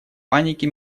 панике